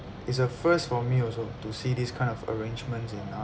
it's a first for me also to see this kind of arrangements in army